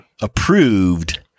approved –